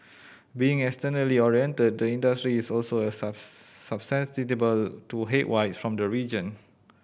being externally oriented the industry is also a to headwinds from the region